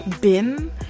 Bin